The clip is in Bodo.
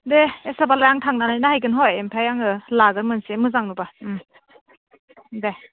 दे एसेबालाय आं थांनानै नाहैगोन हय ओमफ्राय आङो लागोन मोनसे मोजां नुबा दे